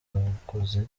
bakoze